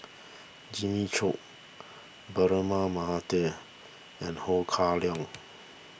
Jimmy Chok Braema Mathi and Ho Kah Leong